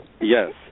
Yes